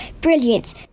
Brilliant